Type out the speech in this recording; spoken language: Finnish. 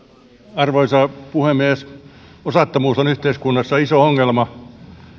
arvoisa puhemies osattomuus on yhteiskunnassa iso ongelma